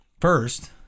First